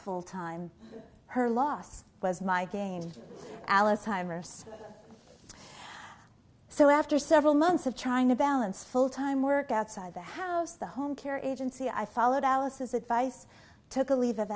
full time her loss was my gain alice timers so after several months of trying to balance full time work outside the house the home care it in c i followed alice's advice took a leave of